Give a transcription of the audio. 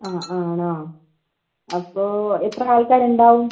ആ ആ ആണോ അപ്പോൾ എത്ര ആൾക്കാരുണ്ടാകും